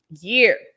year